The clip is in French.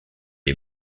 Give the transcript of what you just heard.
est